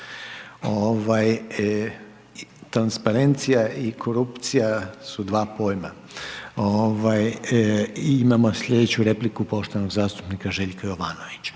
Transparencija i korupcija su dva pojma. I imamo sljedeću repliku poštovanog zastupnika Željka Jovanovića.